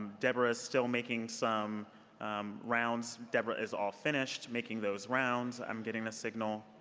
debra is still making some um rounds. debra is all finished making those rounds, i'm getting the signal.